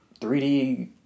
3D